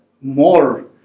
more